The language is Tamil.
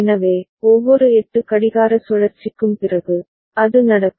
எனவே ஒவ்வொரு 8 கடிகார சுழற்சிக்கும் பிறகு அது நடக்கும்